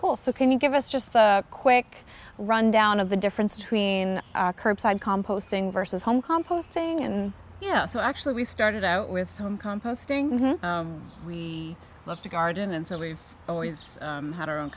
schools can you give us just a quick rundown of the difference between curbside composting versus home composting and yeah so actually we started out with composting we love to garden and so we've always had our own